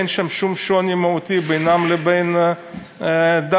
אין שום שוני מהותי בינם לבין "דאעש",